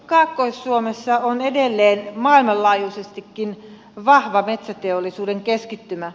kaakkois suomessa on edelleen maailmanlaajuisestikin vahva metsäteollisuuden keskittymä